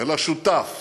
אלא שותף